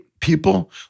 people